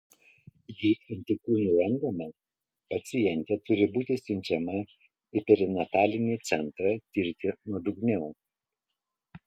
jei antikūnų randama pacientė turi būti siunčiama į perinatalinį centrą tirti nuodugniau